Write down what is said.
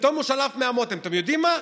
פתאום הוא שלף מהמותן: אתם יודעים מה,